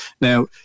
now